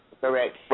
Correct